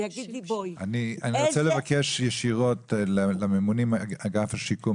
ויגיד לי בואי --- אני רוצה לבקש ישירות מהממונים מאגף השיקום,